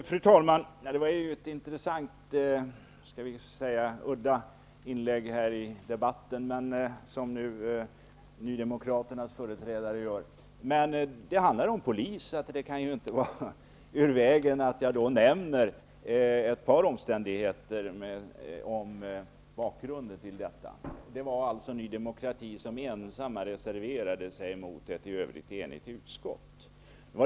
Fru talman! Det var ett intressant, om än udda inlägg i debatten som Nydemokraternas företrädare gjorde. Men det handlar om polisen, så det kan inte vara ur vägen att jag nämner ett par omständigheter som har att göra med bakgrunden till detta. Det var Ny demokrati som ensamt reserverade sig mot ett i övrigt enigt utskott.